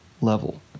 level